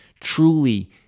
truly